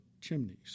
chimneys